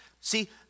See